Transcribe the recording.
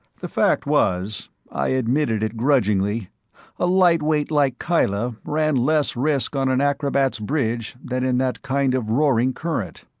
the fact was i admitted it grudgingly a lightweight like kyla ran less risk on an acrobat's bridge than in that kind of roaring current.